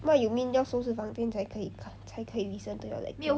what you mean 就要收拾房间才可以看才可以 listen to your lecture